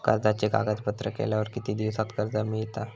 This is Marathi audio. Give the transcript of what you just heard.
कर्जाचे कागदपत्र केल्यावर किती दिवसात कर्ज मिळता?